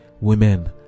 Women